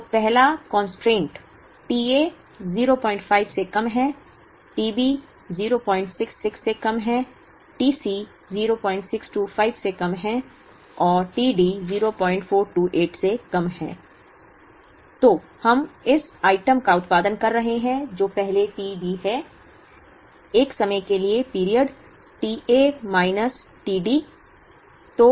तो पहला अवरोध कंस्ट्रेंटट t A 05 से कम है t B 066 से कम है t C 0625 से कम है और t D 0428 से कम है तो हम इस आइटम का उत्पादन कर रहे हैं जो पहले t D है एक समय के लिए period t A minus t D